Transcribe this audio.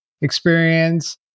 experience